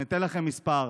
ואני אתן לכם מספר,